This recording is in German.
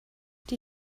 die